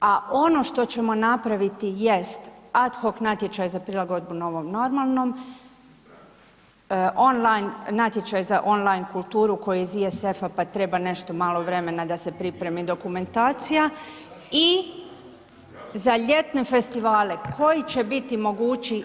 A ono što ćemo napraviti jest ad hok natječaj za prilagodbu novom normalnom, on line, natječaj za on line kulturu koji je iz ISF-a, pa treba nešto malo vremena da se pripremi dokumentacija i za ljetne festivale koji će biti mogući i o tome…